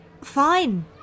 Fine